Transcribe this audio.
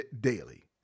daily